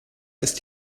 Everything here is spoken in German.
ist